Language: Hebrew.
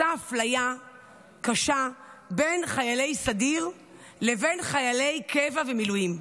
עושה אפליה קשה בין חיילי סדיר לבין חיילי קבע ומילואים.